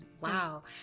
Wow